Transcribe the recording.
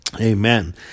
Amen